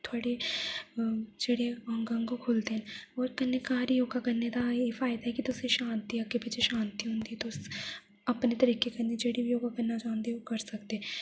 थुआढ़े जेह्ड़े अंग अंग खु'ल्लदे न होर कन्नै घर योगा करने दा एह् फयदा ऐ कि तुसें शांति अग्गें पिच्छें शांति होंदी तुस अपने तरीके कन्नै जेह्ड़े बी योगा करने चाहंदे ओ ओह् करी सकदे